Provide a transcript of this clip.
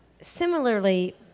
similarly